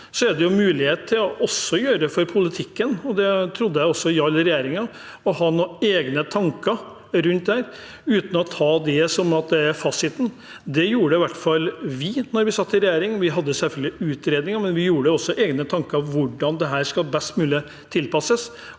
når det gjelder politikken. Det trodde jeg også gjaldt for regjeringen. En kan ha noen egne tanker rundt dette uten å ta det som at det er fasiten. Det gjorde i hvert fall vi da vi satt i regjering. Vi hadde selvfølgelig utredninger, men vi gjorde oss også egne tanker om hvordan dette best mulig skulle tilpasses.